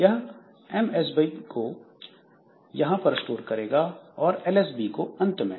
यह एमएसबी को यहां पर स्टोर करेगा और एलएसबी को अंत में